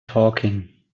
talking